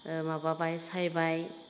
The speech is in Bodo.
ओ माबाबाय सायबाय